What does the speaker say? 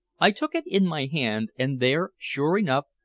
i took it in my hand, and there, sure enough,